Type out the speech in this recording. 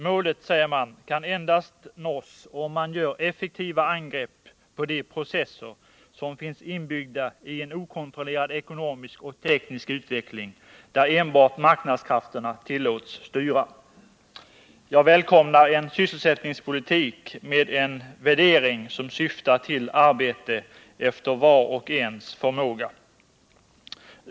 Målet, säger man, kan endast nås om man gör effektiva angrepp på de processer som finns inbyggda i en okontrollerad ekonomisk och teknisk utveckling där enbart marknadskrafterna tillåts styra. Jag välkomnar en sysselsättningspolitik med en värdering som syftar till arbete efter vars och ens förmåga.